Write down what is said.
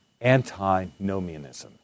anti-nomianism